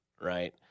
right